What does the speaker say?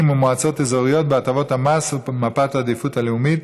ומועצות אזוריות בהטבות המס ומפת העדיפות הלאומית,